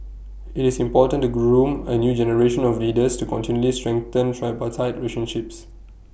IT is important to groom A new generation of leaders to continually strengthen tripartite reason ship